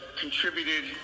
contributed